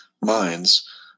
minds